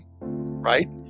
right